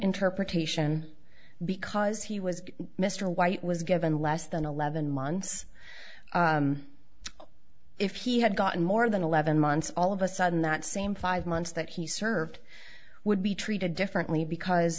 interpretation because he was mr white was given less than eleven months if he had gotten more than eleven months all of a sudden that same five months that he served would be treated differently because